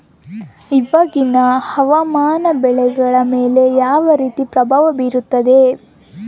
ಇವಾಗಿನ ಹವಾಮಾನ ಬೆಳೆಗಳ ಮೇಲೆ ಯಾವ ರೇತಿ ಪ್ರಭಾವ ಬೇರುತ್ತದೆ?